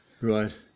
Right